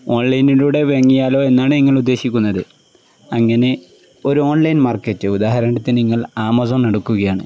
ഓൺലൈനിലൂടെ വേങ്ങിയാലോ എന്നാണ് നിങ്ങൾ ഉദ്ദേശിക്കുന്നത് അങ്ങനെ ഒരു ഓൺലൈൻ മാർക്കറ്റ് ഉദാഹരണത്തിന് നിങ്ങൾ ആമസോൺ എടുക്കുകയാണ്